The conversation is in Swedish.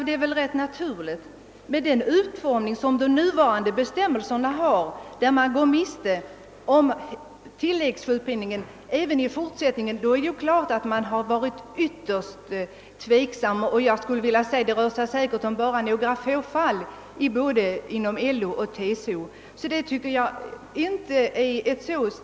Det är väl ändå rätt naturligt, eftersom man enligt de nuvarande bestämmelserna går miste om tilläggssjukpen ningen för återstående 180 dagar även om man arbetat bara en dag. Det rör sig därför med all sannolikhet för närvarande endast om några få fall inom LO och TCO.